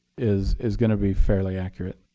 is is going to be fairly accurate,